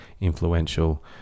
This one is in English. influential